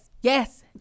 yes